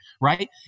Right